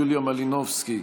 יוליה מלינובסקי,